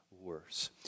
Worse